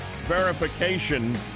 verification